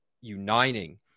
uniting